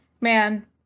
Man